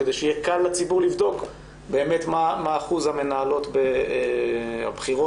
שיהיה קל לציבור לבדוק מה אחוז המנהלות הבכירות